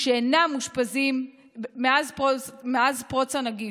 שאינם מאושפזים מאז פרוץ הנגיף.